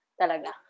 talaga